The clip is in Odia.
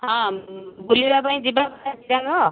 ହଁ ବୁଲିବା ପାଇଁ ଯିବା ପରା ଜିରାଙ୍ଗ